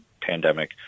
pandemic